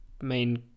main